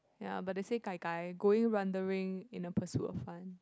ya but they say gai gai going wondering in a pursuit of fun